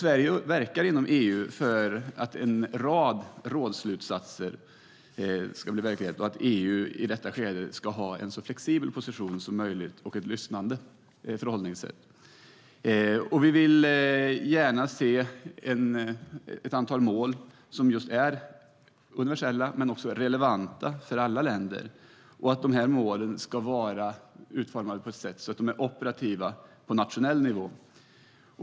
Sverige verkar inom EU för att en rad rådslutsatser ska bli verklighet och att EU i detta skede ska ha en så flexibel position som möjligt och ett lyssnande förhållningssätt. Vi vill gärna se ett antal mål som är universella men också relevanta för alla länder. Dessa mål ska vara utformade på ett sådant sätt att de är operativa på nationell nivå.